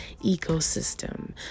ecosystem